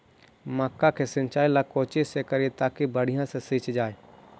मक्का के सिंचाई ला कोची से करिए ताकी बढ़िया से सींच जाय?